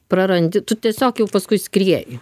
prarandi tu tiesiog jau paskui skrieji